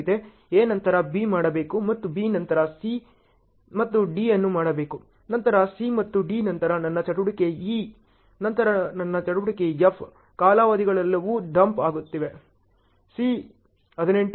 A ನಂತರ B ಮಾಡಬೇಕು ಮತ್ತು B ನಂತರ C ಮತ್ತು D ಅನ್ನು ಮಾಡಬೇಕು ನಂತರ C ಮತ್ತು D ನಂತರ ನನ್ನ ಚಟುವಟಿಕೆ ಇ ನಂತರ ನನ್ನ ಚಟುವಟಿಕೆ F ಕಾಲಾವಧಿಗಳೆಲ್ಲವೂ ಡಂಪ್ ಆಗುತ್ತವೆ C 18 D 29